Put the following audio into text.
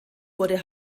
wurde